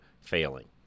failing